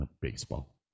baseball